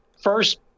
first